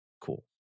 Cool